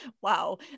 wow